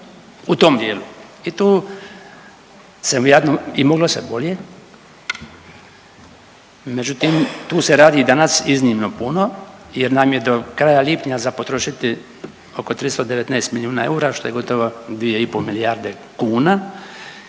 se ne razumije./… i moglo se bolje, međutim tu se radi danas iznimno puno jer nam je do kraja lipnja za potrošiti oko 319 milijuna eura što je gotovo 2,5 milijarde kuna